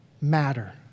matter